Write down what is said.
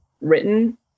written